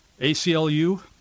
ACLU